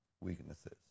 weaknesses